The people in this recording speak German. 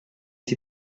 sie